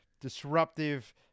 disruptive